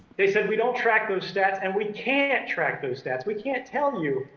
they said, we don't track those stats, and we can't track those stats. we can't tell you